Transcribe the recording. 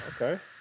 Okay